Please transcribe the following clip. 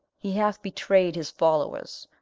he hath betrayed his followers,